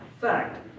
fact